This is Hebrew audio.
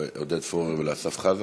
לעודד פורר ולאסף חזן,